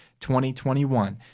2021